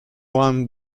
juan